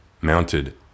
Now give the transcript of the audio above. mounted